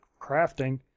crafting